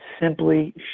simply